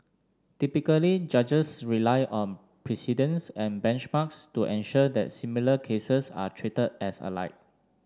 typically judges rely on precedents and benchmarks to ensure that similar cases are treat as alike